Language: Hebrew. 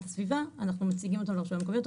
הסביבה אנחנו מציגים אותם לרשויות המקומיות.